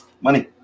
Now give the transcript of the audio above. money